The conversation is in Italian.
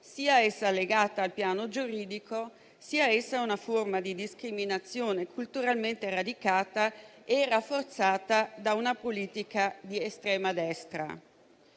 sia essa legata al piano giuridico, sia essa una forma di discriminazione culturalmente radicata e rafforzata da una politica di estrema destra.